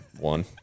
one